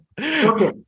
Okay